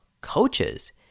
Coaches